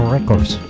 Records